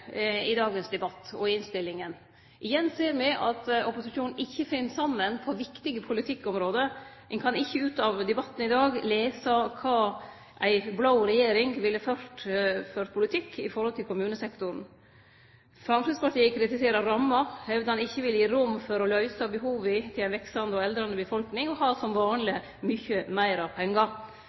i dagens debatt og i innstillinga. Igjen ser me at opposisjonen ikkje finn saman på viktige politikkområde. Ein kan ikkje ut av debatten i dag lese kva for politikk ei blå regjering ville ført i forhold til kommunesektoren. Framstegspartiet kritiserer ramma, hevdar at ho ikkje vil gi rom for å løyse behova til ei veksande og aldrande befolkning, og har som vanleg mykje meir pengar.